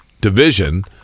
division